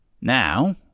Now